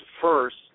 first